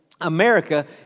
America